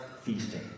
feasting